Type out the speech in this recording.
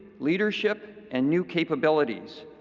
leadership and new capabilities